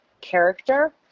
character